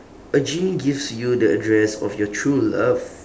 a genie gives you the address of your true love